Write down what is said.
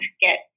get